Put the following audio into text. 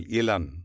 ilan